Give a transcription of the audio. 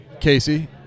Casey